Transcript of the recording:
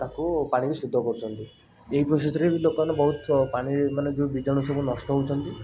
ତାକୁ ପାଣିକି ଶୁଦ୍ଧ କରୁଛନ୍ତି ଏଇ ପ୍ରୋସେସ୍ରେ ବି ଲୋକମାନେ ବହୁତ ପାଣିମାନେ ଯେଉଁ ବୀଜାଣୁ ସବୁ ନଷ୍ଟ ହଉଛନ୍ତି